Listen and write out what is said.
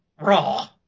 Raw